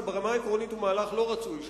שברמה העקרונית הוא מהלך לא רצוי,